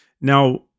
Now